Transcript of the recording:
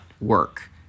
work